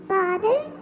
Father